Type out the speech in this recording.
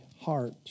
heart